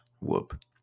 whoop